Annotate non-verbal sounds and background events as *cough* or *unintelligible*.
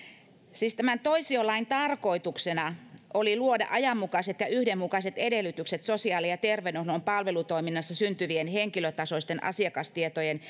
siis tämän toisiolain tarkoituksena oli luoda ajanmukaiset ja yhdenmukaiset edellytykset sosiaali ja terveydenhuollon palvelutoiminnassa syntyvien henkilötasoisten asiakastietojen *unintelligible*